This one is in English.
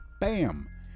BAM